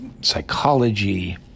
psychology